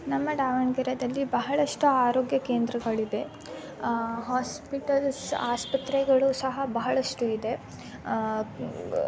ನಮ್ಮ ದಾವಣಗೆರೆಯಲ್ಲಿ ಬಹಳಷ್ಟು ಆರೋಗ್ಯ ಕೇಂದ್ರಗಳಿವೆ ಹಾಸ್ಪಿಟಲ್ಸ್ ಆಸ್ಪತ್ರೆಗಳು ಸಹ ಬಹಳಷ್ಟು ಇದೆ